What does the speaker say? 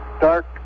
dark